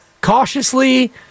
cautiously